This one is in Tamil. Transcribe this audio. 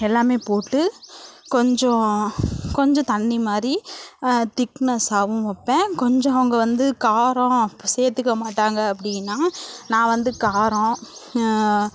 எல்லாமே போட்டு கொஞ்சம் கொஞ்ச தண்ணி மாதிரி திக்னஸ்ஸாவும் வைப்பேன் கொஞ்சம் அவங்க வந்து காரம் சேர்த்துக்க மாட்டாங்க அப்படீன்னா நான் வந்து காரம்